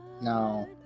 No